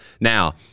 Now